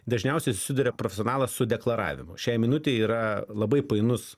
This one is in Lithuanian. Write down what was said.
dažniausiai susiduria profesionalas su deklaravimu šiai minutei yra labai painus